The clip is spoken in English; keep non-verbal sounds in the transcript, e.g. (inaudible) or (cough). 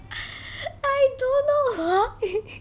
(laughs) (breath) I don't know ho~ (laughs)